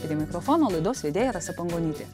prie mikrofono laidos vedėja rasa pangonytė